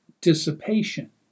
dissipation